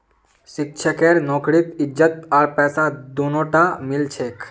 शिक्षकेर नौकरीत इज्जत आर पैसा दोनोटा मिल छेक